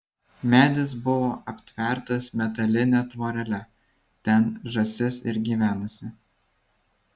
medis buvo aptvertas metaline tvorele ten žąsis ir gyvenusi